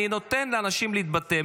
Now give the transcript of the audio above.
אני נותן לאנשים להתבטא.